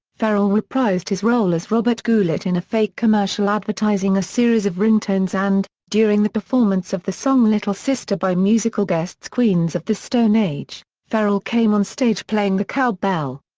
ferrell reprised his role as robert goulet in a fake commercial advertising a series of ringtones and, during the performance of the song little sister by musical guests queens of the stone age, age, ferrell came on stage playing the cowbell.